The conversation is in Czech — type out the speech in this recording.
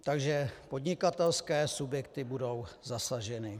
Takže podnikatelské subjekty budou zasaženy.